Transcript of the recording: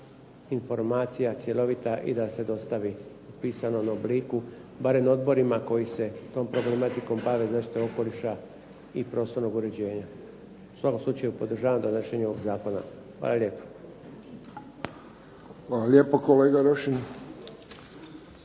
informacija cjelovita i da se dostavi u pisanom obliku barem odborima koji se tom problematikom bave, zaštita okoliša i prostornog uređenja. U svakom slučaju podržavam donošenje ovog zakona. Hvala lijepo. **Friščić, Josip